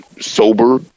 sober